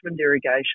Irrigation